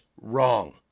wrong